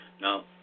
Now